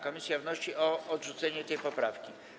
Komisja wnosi o odrzucenie tej poprawki.